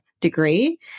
degree